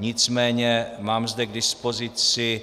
Nicméně mám zde k dispozici